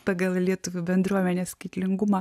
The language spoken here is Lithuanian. pagal lietuvių bendruomenės skaitlingumą